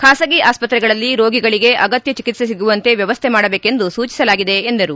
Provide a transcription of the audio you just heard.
ಖಾಸಗಿ ಆಸ್ತ್ರೆಗಳಲ್ಲಿ ರೋಗಿಗಳಿಗೆ ಅಗತ್ನ ಚಿಕಿತ್ತೆ ಸಿಗುವಂತೆ ವ್ಯವಸ್ಥೆ ಮಾಡಬೇಕೆಂದು ಸೂಚಿಸಲಾಗಿದೆ ಎಂದರು